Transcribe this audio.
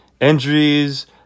injuries